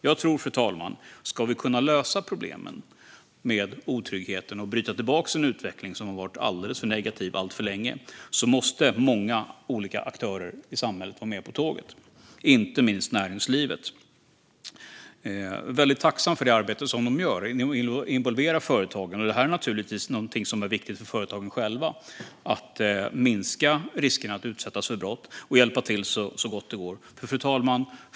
Jag tror att om vi ska kunna lösa problemen med otryggheten och vända en utveckling som har varit alldeles för negativ alltför länge måste många olika aktörer i samhället vara med på tåget, inte minst näringslivet. Jag är väldigt tacksam för det arbete som de gör och att de involverar företagen. Det är naturligtvis någonting som är viktigt för företagen själva - att minska riskerna att utsättas för brott och hjälpa till så gott det går. Fru talman!